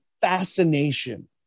fascination